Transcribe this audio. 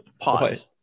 pause